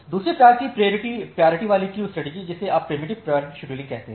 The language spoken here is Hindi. दूसरे प्रकार की प्रायोरिटी वाली क्यू स्ट्रेटेजी जिसे आप कहते हैं प्रिएम्पटीव प्रायोरिटी शेड्यूलिंग है